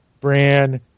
Bran